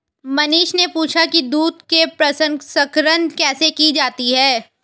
मनीष ने पूछा कि दूध के प्रसंस्करण कैसे की जाती है?